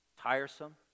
tiresome